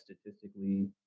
statistically